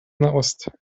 nahost